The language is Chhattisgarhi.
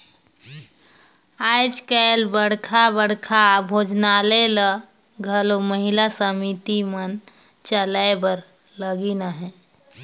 आएज काएल बड़खा बड़खा भोजनालय ल घलो महिला समिति मन चलाए बर लगिन अहें